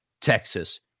Texas